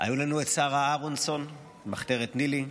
היו לנו שרה אהרונסון ממחתרת ניל"י,